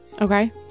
Okay